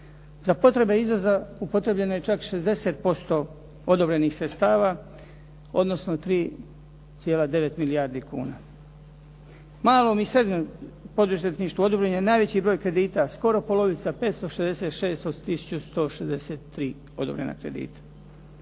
za potreba izvoza upotrijebljeno je čak 60% odobrenih sredstava odnosno 3,9 milijardi kuna. Malom i srednjem poduzetništvu odobren je najveći broj kredita skoro polovica 566 od 1163 odobrena kredita.